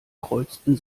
kreuzten